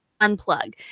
unplug